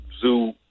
zoo